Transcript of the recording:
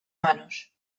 manos